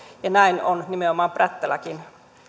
näin on nimenomaan prättäläkin